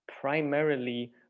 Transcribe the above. primarily